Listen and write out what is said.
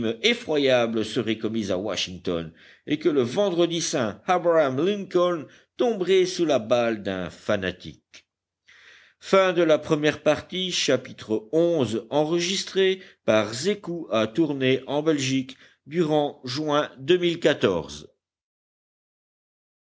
effroyable serait commis à washington et que le vendredi saint abraham lincoln tomberait sous la balle d'un fanatique